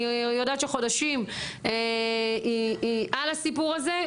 אני יודעת שחודשים היא על הסיפור הזה,